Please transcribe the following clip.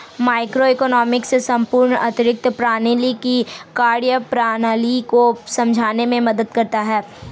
macroeconomics संपूर्ण आर्थिक प्रणाली की कार्यप्रणाली को समझने में मदद करता है